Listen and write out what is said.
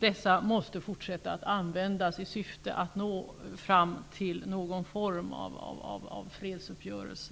Dessa måste fortsätta att användas i syfte att nå fram till någon form av fredsuppgörelse.